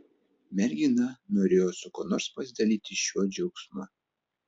mergina norėjo su kuo nors pasidalyti šiuo džiaugsmu